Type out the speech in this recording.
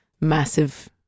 massive